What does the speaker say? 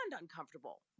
uncomfortable